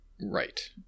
right